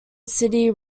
city